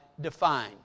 define